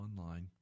online